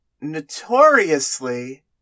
notoriously